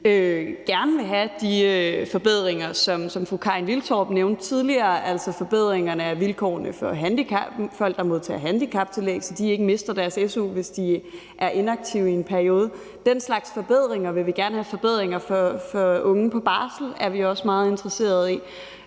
vi gerne vil have de forbedringer, som fru Karin Liltorp nævnte tidligere, altså forbedringer af vilkårene for folk, der modtager handicaptillæg, så de ikke mister deres su, hvis de er inaktive i en periode. Den slags forbedringer vil vi gerne have. Forbedringer for unge på barsel er vi også meget interesseret i.